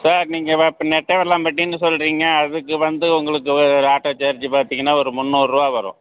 sir நீங்கள் வ இப்போ நெட்டவேலம்பட்டின்னு சொல்கிறீங்க அதுக்கு வந்து உங்களுக்கு ஒரு ஆட்டோ சார்ஜு பார்த்தீங்கன்னா ஒரு முந்நூறுரூவா வரும்